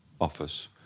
office